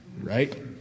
Right